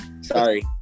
sorry